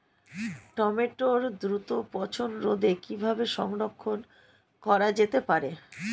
টমেটোর দ্রুত পচনরোধে কিভাবে সংরক্ষণ করা যেতে পারে?